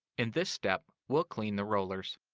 in this step, we'll clean the rollers.